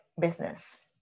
business